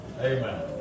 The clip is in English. Amen